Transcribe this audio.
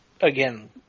again